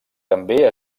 també